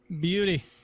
Beauty